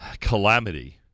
calamity